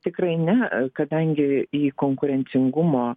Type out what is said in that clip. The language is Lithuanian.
tikrai ne kadangi į konkurencingumo